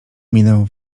minę